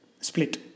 split